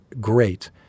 great